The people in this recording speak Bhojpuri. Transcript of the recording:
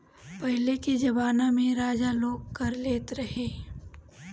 पहिले के जमाना में राजा लोग कर में अनाज लेत रहे